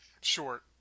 short